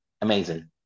amazing